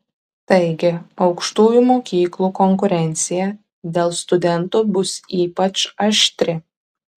taigi aukštųjų mokyklų konkurencija dėl studentų bus ypač aštri